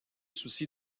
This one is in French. soucis